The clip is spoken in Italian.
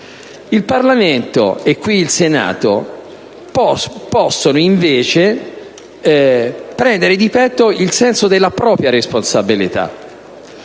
Il Parlamento, e qui il Senato, può invece prendere di petto il senso della propria responsabilità.